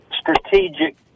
strategic